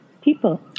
people